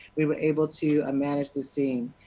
we were able to manage the scene.